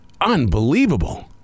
unbelievable